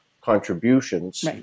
contributions